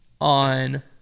on